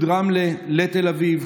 מלוד-רמלה לתל אביב,